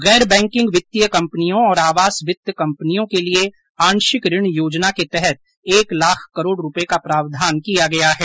गैर बैंकिंग वित्तीय कंपनियों और आवास वित्त कंपनियों के लिए आंशिक ऋण योजना के तहत एक लाख करोड़ रुपये का प्रावधान किया गया है